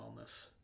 wellness